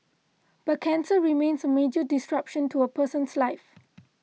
but cancer remains a major disruption to a person's life